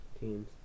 Teams